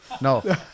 No